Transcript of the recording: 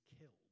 killed